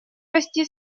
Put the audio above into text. расти